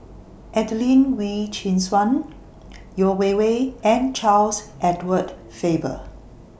Adelene Wee Chin Suan Yeo Wei Wei and Charles Edward Faber